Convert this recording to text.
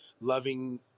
loving